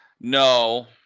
No